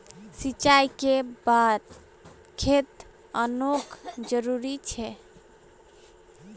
सिंचाई कै बार खेत खानोक जरुरी छै?